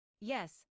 Yes